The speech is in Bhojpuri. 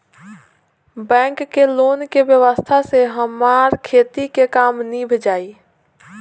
बैंक के लोन के व्यवस्था से हमार खेती के काम नीभ जाई